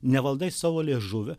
nevaldai savo liežuvio